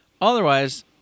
Otherwise